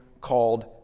called